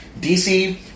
DC